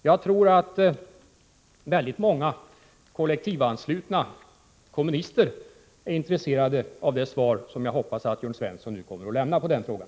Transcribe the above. Jag tror att väldigt många kollektivanslutna kommunister är intresserade av det svar som jag hoppas att Jörn Svensson nu kommer att lämna på den frågan.